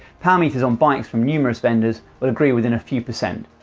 power meters on bikes from numerous vendors will agree within a few percent.